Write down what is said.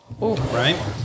Right